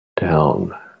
down